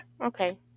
Okay